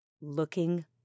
Looking